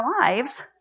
lives